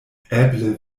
eble